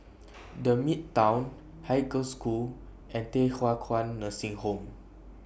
The Midtown Haig Girls' School and Thye Hua Kwan Nursing Home